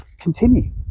continue